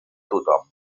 tothom